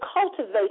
cultivate